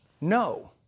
No